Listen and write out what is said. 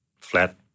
flat